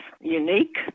unique